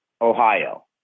Ohio